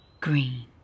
green